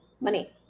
money